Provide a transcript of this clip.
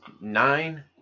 nine